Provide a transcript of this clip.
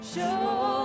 Show